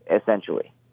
essentially